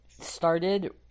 started